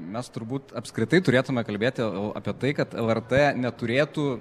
mes turbūt apskritai turėtume kalbėti apie tai kad lrt neturėtų